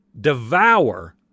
devour